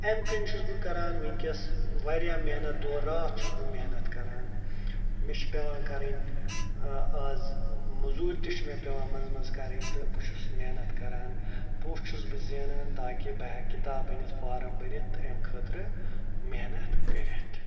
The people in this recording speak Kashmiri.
اَمہِ کِنۍ چھُس بہٕ کَران وٕنۍکٮ۪س واریاہ محنت دۄہ راتھ چھُس بہٕ محنت کَران مےٚ چھِ پٮ۪وان کَرٕنۍ اَز مٔزوٗرۍ تہِ چھِ مےٚ پٮ۪وان منٛزٕ منٛزٕ کَرٕنۍ تہٕ بہٕ چھُس محنت کَران پونٛسہٕ چھُس بہٕ زینان تاکہِ بہٕ ہٮ۪کہٕ کِتاب أنِتھ فارم بٔرِتھ اَمہِ خٲطرٕ محنت کٔرِتھ